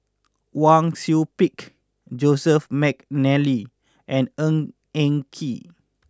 Wang Sui Pick Joseph McNally and Ng Eng Kee